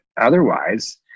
otherwise